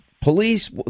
Police